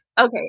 Okay